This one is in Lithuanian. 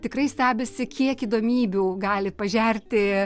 tikrai stebisi kiek įdomybių gali pažerti